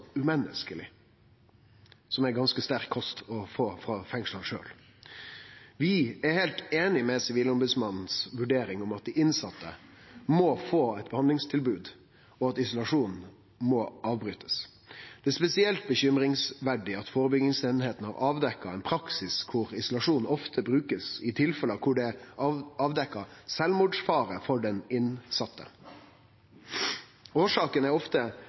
som er ganske sterk kost frå fengsla sjølve. Vi er heilt einige med vurderinga til Sivilombodsmannen, at dei innsette må få eit behandlingstilbod, og at isolasjonen må avbrytast. Det er spesielt urovekkjande at førebyggingseininga har avdekt ein praksis der isolasjon ofte blir brukt i tilfelle der det er avdekt sjølvmordsfare for den innsette. Årsaka er ofte